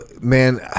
man